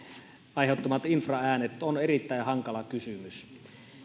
aiheuttamat infraäänet ovat erittäin hankala kysymys